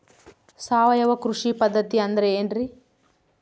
ಸಾವಯವ ಕೃಷಿ ಪದ್ಧತಿ ಅಂದ್ರೆ ಏನ್ರಿ?